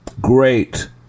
great